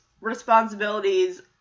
responsibilities